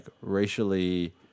racially